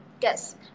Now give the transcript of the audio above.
Yes